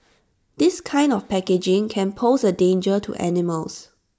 this kind of packaging can pose A danger to animals